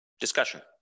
Discussion